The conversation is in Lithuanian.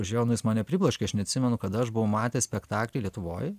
žiūrėjau nu jis mane pribloškė aš neatsimenu kada aš buvau matęs spektaklį lietuvoj